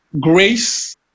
Grace